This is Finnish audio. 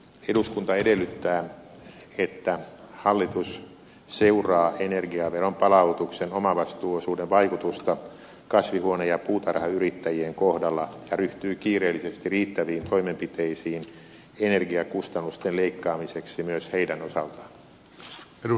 eduskunta edellyttää että hallitus seuraa energiaveron palautuksen omavastuuosuuden vaikutusta kasvihuone ja puutarhayrittäjien kohdalla ja ryhtyy kiireellisesti riittäviin toimenpiteisiin energiakustannusten leikkaamiseksi myös heidän osaltaan